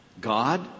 God